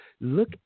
Look